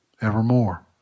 evermore